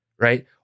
right